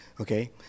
okay